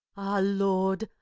ah lord,